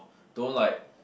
don't like